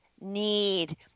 need